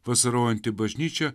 vasarojanti bažnyčia